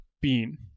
Bean